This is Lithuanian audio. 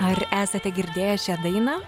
ar esate girdėję šią dainą